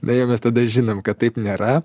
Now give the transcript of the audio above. na jau mes tada žinom kad taip nėra